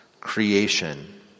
creation